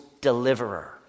deliverer